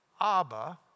Abba